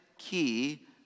key